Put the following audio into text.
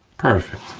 perfect.